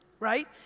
Right